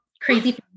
Crazy